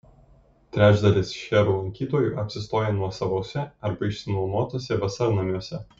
trečdalis šcherų lankytojų apsistoja nuosavuose arba išsinuomotuose vasarnamiuose